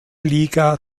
liga